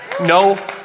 no